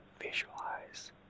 visualize